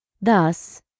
Thus